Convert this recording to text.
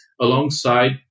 alongside